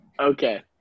Okay